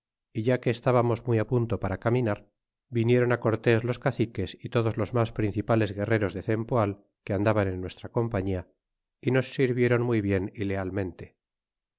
é ya que estábamos muy punto para caminar vinieron cortés los caciques é todos los mas principales guerreros de cempoal que andaban en nuestra compañía y nos sirvieron muy bien y lealmente